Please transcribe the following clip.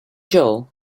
joel